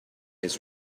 his